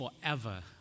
forever